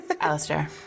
Alistair